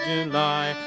July